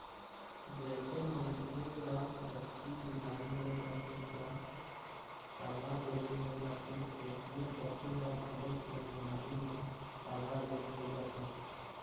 जइसे मनखे ल टट्टी बिमारी हो जाथे त तालाबेली हो जाथे अइसने पशु ह घलोक ए बिमारी म तालाबेली हो जाथे